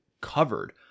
covered